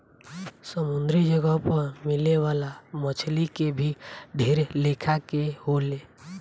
समुंद्री जगह पर मिले वाला मछली के भी ढेर लेखा के होले